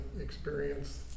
experience